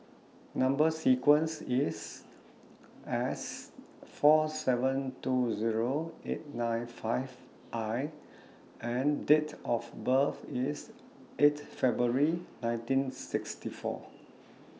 Number sequence IS S four seven two Zero eight nine five I and Date of birth IS eight February nineteen sixty four